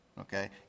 Okay